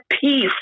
peace